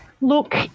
look